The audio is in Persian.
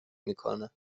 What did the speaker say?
میکنه